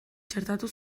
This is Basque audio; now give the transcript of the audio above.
txertatu